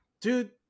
dude